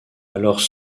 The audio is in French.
alors